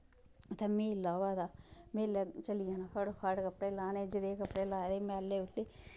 इत्थे मेला होआ दा मेलै चली जाना फटो फट कपड़े लाने जदेह् कपड़े लाए मैले मूले